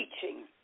teaching